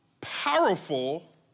powerful